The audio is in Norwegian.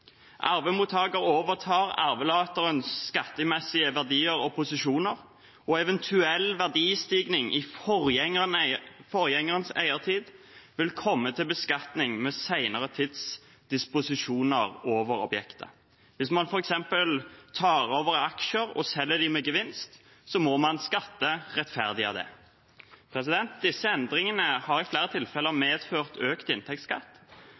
overtar arvelaterens skattemessige verdier og posisjoner, og en eventuell verdistigning i forgjengerens eiertid vil komme til beskatning ved senere tids disposisjoner over objektet. Hvis man f.eks. tar over aksjer og selger dem med gevinst, må man skatte rettferdig av det. Disse endringene har i flere tilfeller medført økt inntektsskatt